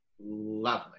lovely